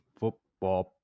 football